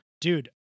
Dude